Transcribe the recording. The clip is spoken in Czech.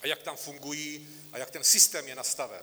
A jak tam fungují a jak ten systém je nastaven.